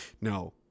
no